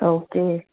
okay